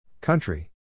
country